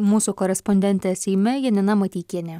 mūsų korespondentė seime janina mateikienė